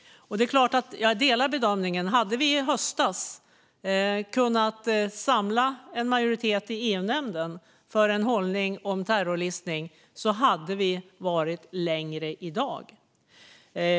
Jag delar bedömningen: Hade vi i höstas kunnat samla en majoritet i EU-nämnden för en hållning om terrorlistning hade vi varit längre fram i dag.